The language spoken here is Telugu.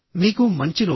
మీకు మంచి రోజు